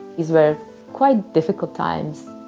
these were quite difficult times.